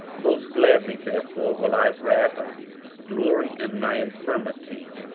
most gladly therefore will i rather glory in my infirmities,